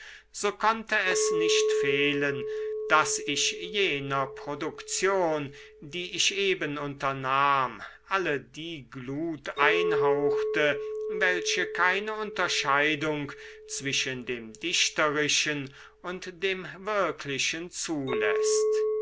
so konnte es nicht fehlen daß ich jener produktion die ich eben unternahm alle die glut einhauchte welche keine unterscheidung zwischen dem dichterischen und dem wirklichen zuläßt